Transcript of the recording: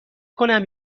کنم